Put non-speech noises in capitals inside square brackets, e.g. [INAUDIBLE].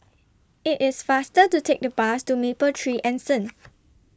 IT IS faster to Take The Bus to Mapletree Anson [NOISE]